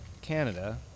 Canada